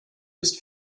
ist